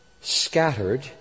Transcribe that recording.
scattered